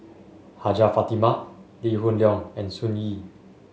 Hajjah Fatimah Lee Hoon Leong and Sun Yee